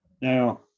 Now